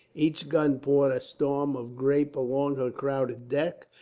each gun poured a storm of grape along her crowded deck,